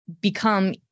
become